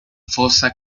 fosa